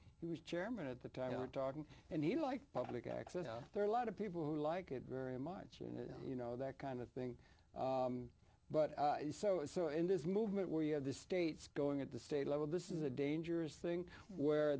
he was chairman at the time talking and he like public access there are lot of people who like it very much and you know that kind of thing but in this movement where you have this state's going at the state level this is a dangerous thing where